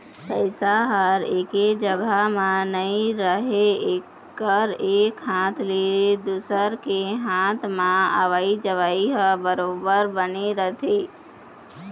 पइसा ह एके जघा म नइ राहय एकर एक हाथ ले दुसर के हात म अवई जवई ह बरोबर बने रहिथे